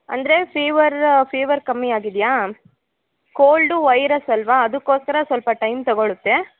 ಅಂದರೆ fever fever ಕಮ್ಮಿ ಆಗಿದೆಯಾ ಕೋಲ್ಡು ವೈರಸ್ ಅಲ್ವಾ ಅದಕ್ಕೋಸ್ಕರ ಸ್ವಲ್ಪ ಟೈಮ್ ತಗೊಳುತ್ತೆ